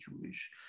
Jewish